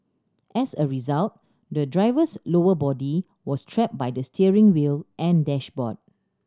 as a result the driver's lower body was trapped by the steering wheel and dashboard